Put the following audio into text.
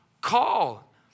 call